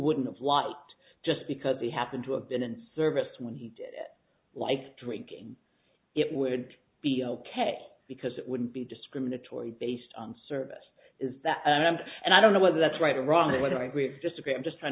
wouldn't have lot just because he happened to a been in service when he did it like drinking it would be ok because it wouldn't be discriminatory based on service is that and i don't know whether that's right or wrong whether i agree or disagree i'm just trying